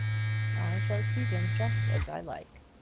i shall treat him just as i like,